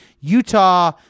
Utah